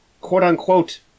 quote-unquote